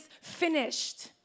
finished